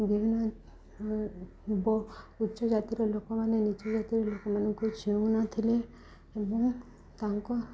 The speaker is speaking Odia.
ବିଭିନ୍ନ ଉଚ୍ଚ ଜାତିର ଲୋକମାନେ ନିଜ ଜାତିର ଲୋକମାନଙ୍କୁ ଛୁଁ ନଥିଲେ ଏବଂ ତାଙ୍କ